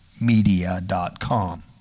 Media.com